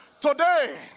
Today